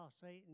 Satan